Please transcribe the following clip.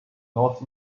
north